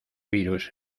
virus